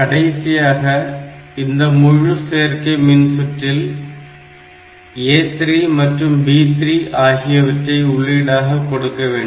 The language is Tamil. கடைசியாக இந்த முழு சேர்க்கை மின்சுற்றில் A3 மற்றும் B3 ஆகியவற்றை உள்ளீடாக கொடுக்கவேண்டும்